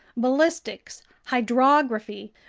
ballistics, hydrography,